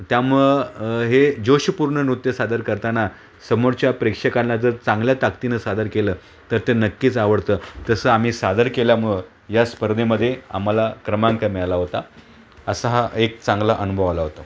त्यामुळं हे जोषपूर्ण नृत्य सादर करताना समोरच्या प्रेक्षकांना जर चांगल्या ताकदीनं सादर केलं तर ते नक्कीच आवडतं तसं आम्ही सादर केल्यामुळं या स्पर्धेमध्ये आम्हाला क्रमांक मिळाला होता असा हा एक चांगला अनुभव आला होता